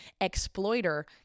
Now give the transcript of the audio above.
exploiter